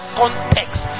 context